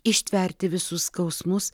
ištverti visus skausmus